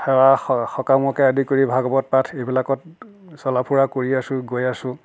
সেৱা স সকামকে আদি কৰি ভাগৱত পাঠ এইবিলাকত চলা ফুৰা কৰি আছোঁ গৈ আছোঁ